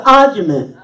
argument